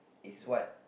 it's what